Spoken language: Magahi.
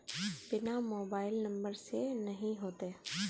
बिना मोबाईल नंबर से नहीं होते?